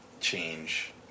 change